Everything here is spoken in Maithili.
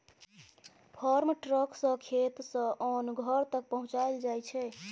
फार्म ट्रक सँ खेत सँ ओन घर तक पहुँचाएल जाइ छै